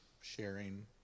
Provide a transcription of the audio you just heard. sharing